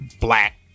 black